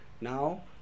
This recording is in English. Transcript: Now